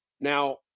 Now